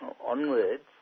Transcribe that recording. onwards